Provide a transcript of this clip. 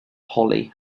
holly